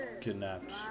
kidnapped